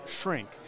shrink